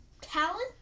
talent